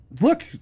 look